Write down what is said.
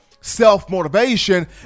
self-motivation